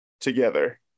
together